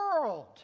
world